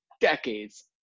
decades